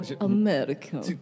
America